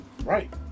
Right